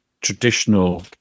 traditional